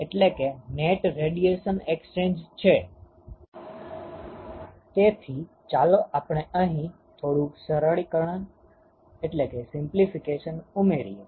તેથી ચાલો આપણે અહી થોડું સરળીકરણ ઉમેરીએ